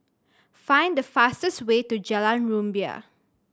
find the fastest way to Jalan Rumbia